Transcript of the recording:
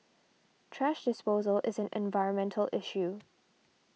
thrash disposal is an environmental issue